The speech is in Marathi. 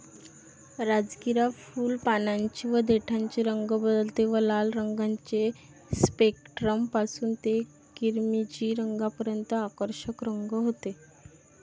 राजगिरा फुल, पानांचे व देठाचे रंग बदलते व लाल रंगाचे स्पेक्ट्रम पासून ते किरमिजी रंगापर्यंत आकर्षक रंग होते